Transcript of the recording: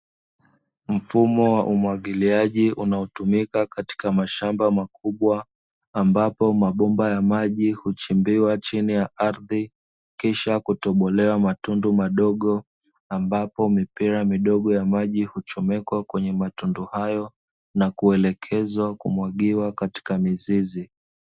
Mfumo wa umwagiliaji unaotumika katika mashamba makubwa, ambapo mabomba ya maji huchimbiwa chini ya ardhi, kisha kutobolewa matundu madogo, ambapo mipira midogo ya maji huchomekwa kwenye matundu hayo na kuelekezwa kumwagiwa katika mizizi.